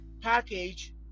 package